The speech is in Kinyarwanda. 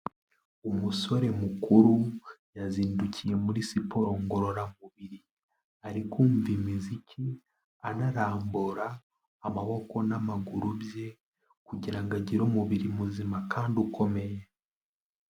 Umusore mukuru yazindukiye muri siporo ngororamubiri. Ari kumva imiziki, anarambura amaboko n'amaguru bye kugira ngo agire umubiri muzima kandi ukomeye.